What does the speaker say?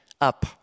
up